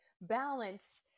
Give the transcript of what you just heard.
balance